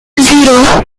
zero